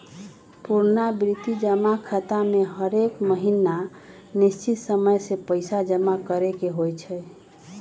पुरनावृति जमा खता में हरेक महीन्ना निश्चित समय के पइसा जमा करेके होइ छै